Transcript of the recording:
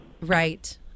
Right